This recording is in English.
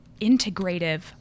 integrative